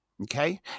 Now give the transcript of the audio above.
Okay